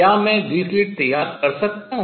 क्या मैं द्वि स्लिट तैयार कर सकता हूँ